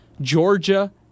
Georgia